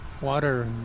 water